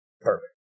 Perfect